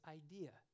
idea